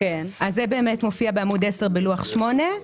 אז זה מופיע בעמוד עשר בלוח שמונה.